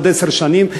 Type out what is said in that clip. בעוד עשר שנים,